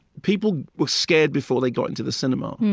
people were scared before they got into the cinema.